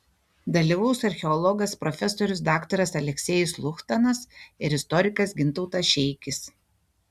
dalyvaus archeologas profesorius daktaras aleksejus luchtanas ir istorikas gintautas šeikis